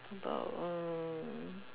about uh